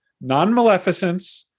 non-maleficence